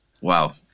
Wow